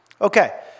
Okay